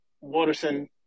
Waterson